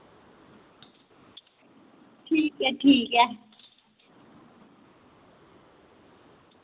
ठीक ऐ ठीक ऐ